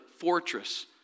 fortress